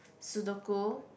Sudoku